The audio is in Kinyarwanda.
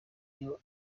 iyo